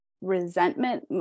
resentment